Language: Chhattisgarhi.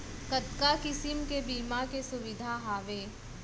कतका किसिम के बीमा के सुविधा हावे?